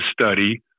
study